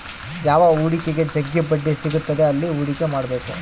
ಯಾವ ಹೂಡಿಕೆಗ ಜಗ್ಗಿ ಬಡ್ಡಿ ಸಿಗುತ್ತದೆ ಅಲ್ಲಿ ಹೂಡಿಕೆ ಮಾಡ್ಬೇಕು